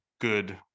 good